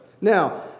Now